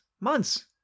months